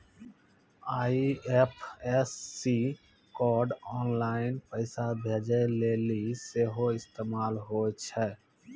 IFSC code online पैसा भेजै लेली सेहो इस्तेमाल होय छै